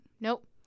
nope